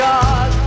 God